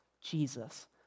Jesus